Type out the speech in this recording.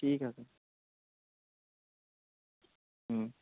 ঠিক আছে হুম